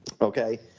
Okay